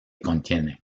contiene